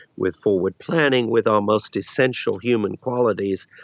with forward planning, with our most essential human qualities.